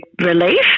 relief